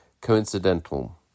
coincidental